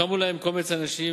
קמו להם קומץ אנשים,